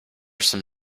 some